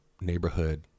neighborhood